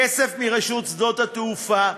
כסף מרשות שדות התעופה,